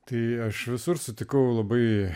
tai aš visur sutikau labai